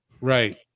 right